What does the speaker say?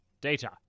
Data